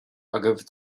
agaibh